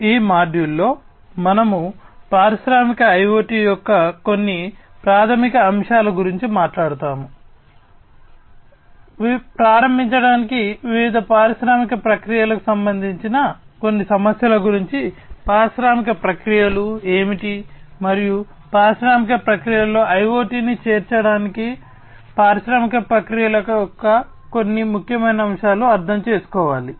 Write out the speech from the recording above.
ఈ మాడ్యూల్లో మనము పారిశ్రామిక IoT ఏమిటి మరియు పారిశ్రామిక ప్రక్రియలలో IoT ను చేర్చడానికి పారిశ్రామిక ప్రక్రియల యొక్క కొన్ని ముఖ్యమైన అంశాలు అర్థం చేసుకోవాలి